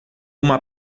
uma